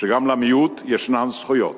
שגם למיעוט יש זכויות.